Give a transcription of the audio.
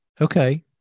Okay